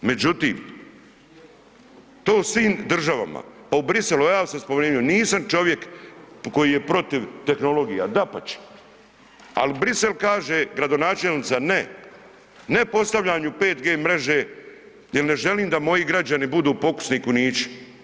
Međutim to u svim državama pa u Bruxellesu evo ja sam spomenuo, nisam čovjek koji je protiv tehnologija, dapače, ali Bruxelles kaže gradonačelnica ne, ne postavljanju 5G mreže jel ne želim da moji građani budu pokusni kunići.